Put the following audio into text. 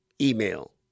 email